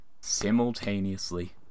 simultaneously